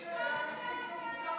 היא צודקת.